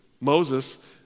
Moses